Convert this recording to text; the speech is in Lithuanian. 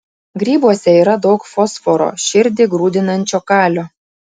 grybuose yra daug fosforo širdį grūdinančio kalio